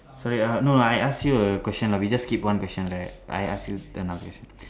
sorry ah no I ask you a question lah we just skip one question right I ask you another question